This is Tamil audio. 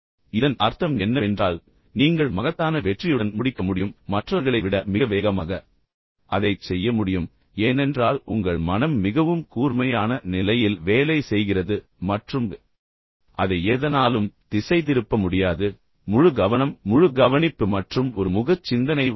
இதன் அர்த்தம் என்னவென்றால் நீங்கள் மகத்தான வெற்றியுடன் முடிக்க முடியும் மற்றவர்களை விட மிக வேகமாக அதைச் செய்ய முடியும் ஏனென்றால் உங்கள் மனம் மிகவும் கூர்மையான நிலையில் வேலை செய்கிறது மற்றும் அதை எதனாலும் திசைதிருப்ப முடியாது முழு கவனம் முழு கவனிப்பு மற்றும் ஒரு முகச் சிந்தனை உள்ளது